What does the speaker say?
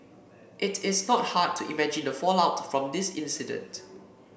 it is not hard to imagine the fallout from this incident